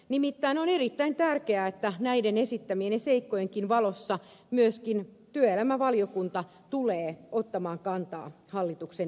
nimittäin on erittäin tärkeää että näiden esittämieni seikkojenkin valossa myöskin työelämä ja tasa arvovaliokunta tulee ottamaan kantaa hallituksen esitykseen